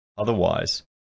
Otherwise